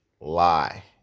lie